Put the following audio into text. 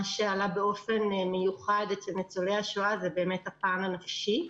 מה שעלה באופן מיוחד אצל ניצולי השואה זה הפן הנפשי.